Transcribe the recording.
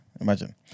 Imagine